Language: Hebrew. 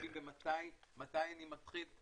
משקפים ומתי אני מתחיל,